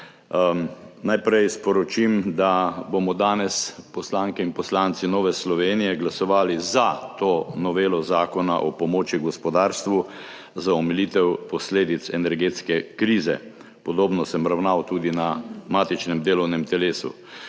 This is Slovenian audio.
Najprej sporočim, da bomo danes poslanke in poslanci Nove Slovenije glasovali za to novelo Zakona o pomoči gospodarstvu za omilitev posledic energetske krize. Podobno sem ravnal tudi na matičnem delovnem telesu.